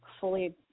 Fully